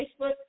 Facebook